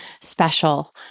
special